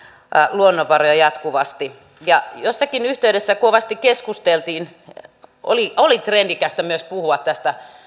luonnonvaroja jatkuvasti kun jossakin yhteydessä kovasti keskusteltiin ja oli trendikästä puhua myös tästä